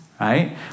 right